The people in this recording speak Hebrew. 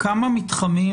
רן קוניק,